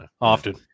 often